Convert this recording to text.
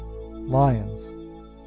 Lions